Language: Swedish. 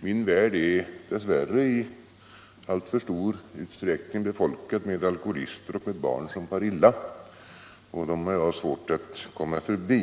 Min värld är, dess värre, i alltför stor utsträckning befolkad med alkoholister och med barn som far illa, och dem har jag svårt att komma förbi.